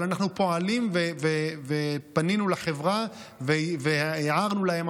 אבל אנחנו פועלים ופנינו לחברה והערנו להם